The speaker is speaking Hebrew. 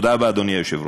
תודה רבה, אדוני היושב-ראש.